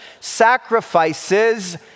sacrifices